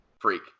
freak